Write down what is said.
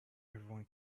everyone